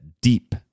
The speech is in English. deep